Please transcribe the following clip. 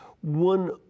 one